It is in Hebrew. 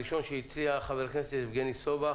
הראשון שהציע הוא חבר הכנסת יבגני סובה,